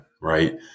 right